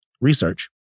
research